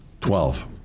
Twelve